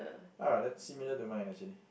ah that's similar to mine actually